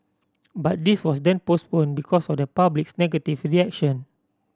but this was then postponed because of the public's negative reaction